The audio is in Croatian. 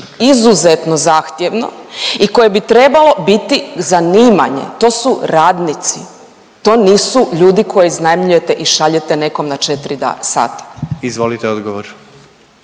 izuzetno zahtjevno i koje bi trebalo biti zanimanje. To su radnici, to nisu ljudi koje iznajmljujete i šaljete nekom na 4 sata. **Jandroković,